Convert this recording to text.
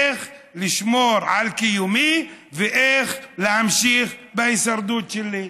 איך לשמור על קיומי ואיך להמשיך בהישרדות שלי.